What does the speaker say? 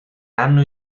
anno